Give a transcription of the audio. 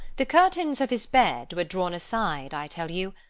the curtains of his bed were drawn aside, i tell you,